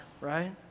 right